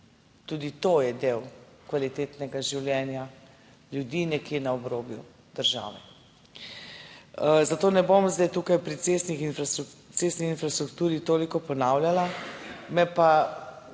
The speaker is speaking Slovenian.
Tudi to je del kvalitetnega življenja ljudi nekje na obrobju države. Zato ne bom zdaj tukaj pri cestni infrastrukturi toliko ponavljala. Me pa